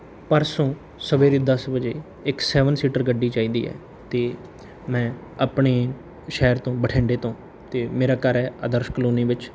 ਪਰਸੋਂ ਸਵੇਰੇ ਦਸ ਵਜੇ ਇੱਕ ਸੈਵਨ ਸੀਟਰ ਗੱਡੀ ਚਾਹੀਦੀ ਹੈ ਅਤੇ ਮੈਂ ਆਪਣੇ ਸ਼ਹਿਰ ਤੋਂ ਬਠਿੰਡੇ ਤੋਂ ਅਤੇ ਮੇਰਾ ਘਰ ਹੈ ਆਦਰਸ਼ ਕਲੋਨੀ ਵਿੱਚ